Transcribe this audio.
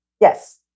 Yes